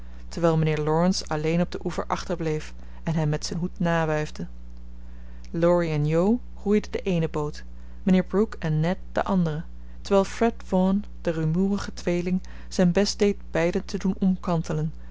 terwijl mijnheer laurence alleen op den oever achterbleef en hen met zijn hoed nawuifde laurie en jo roeiden de eene boot mijnheer brooke en ned de andere terwijl fred vaughn de rumoerige tweeling zijn best deed beiden te doen omkantelen